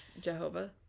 Jehovah